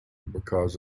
because